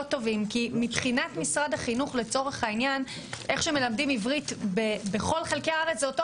טובים כי מבחינת משרד החינוך מלמדים עברית בכל חלקי הארץ אותו דבר,